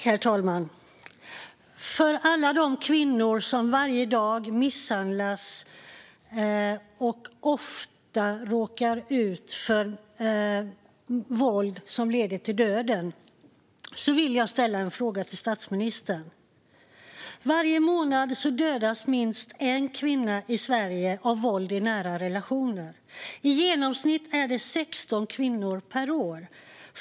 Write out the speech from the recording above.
Herr talman! För alla de kvinnor som varje dag misshandlas och ofta råkar ut för våld som leder till döden vill jag ställa en fråga till statsministern. Varje månad dödas minst en kvinna i Sverige av våld i nära relationer. I genomsnitt är det 16 kvinnor per år.